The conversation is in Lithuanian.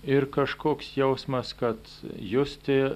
ir kažkoks jausmas kad justi